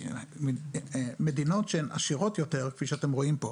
כי מדינות שהן עשירות יותר כפי שאתם רואים פה,